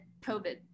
COVID